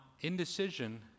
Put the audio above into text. indecision